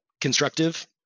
constructive